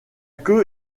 queue